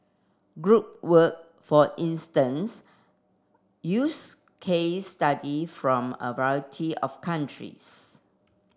group work for instance use case study from a variety of countries